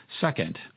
Second